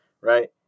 right